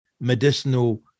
medicinal